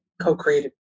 co-created